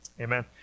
Amen